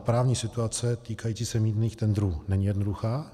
Právní situace týkající se mýtných tendrů není jednoduchá.